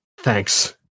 thanks